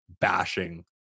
bashing